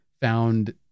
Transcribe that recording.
found